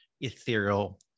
ethereal